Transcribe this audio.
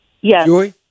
Yes